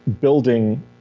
building